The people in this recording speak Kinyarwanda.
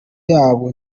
yabo